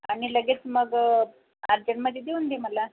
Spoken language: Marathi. आणि लगेच मग अर्जंटमध्ये देऊन दे मला